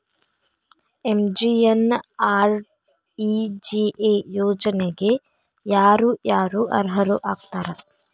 MGNREGA ಯೋಜನೆಗೆ ಯಾರ ಯಾರು ಅರ್ಹರು ಆಗ್ತಾರ?